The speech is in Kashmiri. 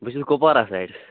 بہٕ چھُس کۄپوارا سایڈٕ